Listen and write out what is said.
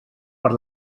per